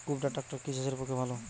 কুবটার ট্রাকটার কি চাষের পক্ষে ভালো?